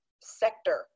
sector